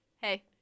Hey